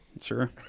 Sure